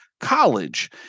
college